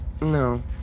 No